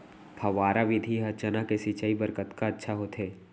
फव्वारा विधि ह चना के सिंचाई बर कतका अच्छा होथे?